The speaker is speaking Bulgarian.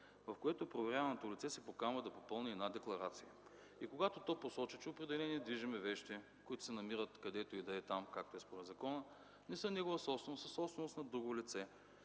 в който проверяваното лице се поканва да попълни една декларация. Когато то посочи, че определени движими вещи, които се намират където и да е там, както е според закона, не са негова собственост, а са собственост на друго лице,